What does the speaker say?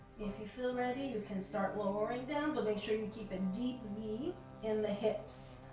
if you feel ready, you can start lowering down, but make sure you keep a deep v in the hips,